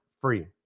free